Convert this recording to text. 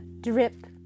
drip